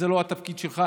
זה לא התפקיד שלך,